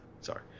sorry